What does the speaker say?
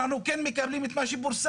אנחנו כן מקבלים את מה שפורסם,